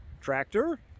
tractor